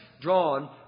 drawn